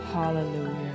Hallelujah